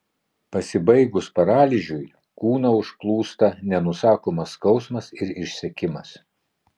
pasibaigus paralyžiui kūną užplūsta nenusakomas skausmas ir išsekimas